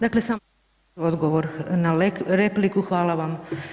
Dakle samo odgovor na repliku, hvala vam.